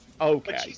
okay